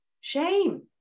shame